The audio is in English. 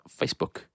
Facebook